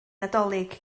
nadolig